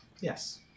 Yes